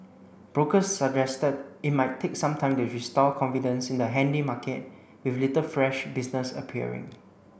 brokers suggested it might take some time to restore confidence in the handy market with little fresh business appearing